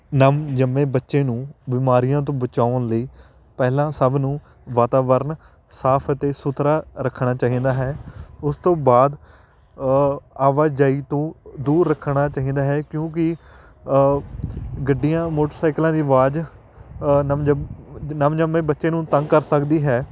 ਨਵ ਜੰਮੇ ਬੱਚੇ ਨੂੰ ਬਿਮਾਰੀਆਂ ਤੋਂ ਬਚਾਉਣ ਲਈ ਪਹਿਲਾਂ ਸਭ ਨੂੰ ਵਾਤਾਵਰਨ ਸਾਫ਼ ਅਤੇ ਸੁਥਰਾ ਰੱਖਣਾ ਚਾਹੀਦਾ ਹੈ ਉਸ ਤੋਂ ਬਾਅਦ ਆਵਾਜਾਈ ਤੋਂ ਦੂਰ ਰੱਖਣਾ ਚਾਹੀਦਾ ਹੈ ਕਿਉਂਕਿ ਗੱਡੀਆਂ ਮੋਟਰਸਾਈਕਲਾਂ ਦੀ ਆਵਾਜ਼ ਨਵ ਜੰਮ ਨਵ ਜੰਮੇ ਬੱਚੇ ਨੂੰ ਤੰਗ ਕਰ ਸਕਦੀ ਹੈ